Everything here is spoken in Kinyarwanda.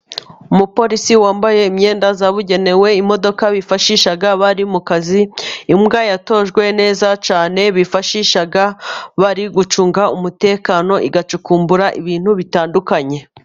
Umupolisi wambaye imyenda yabugenewe, imodoka bifashisha abari mu kazi, imbwa yatojwe neza cyane bifashisha bari gucunga umutekano igacukumbura ibintu bitandukanye.